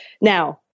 Now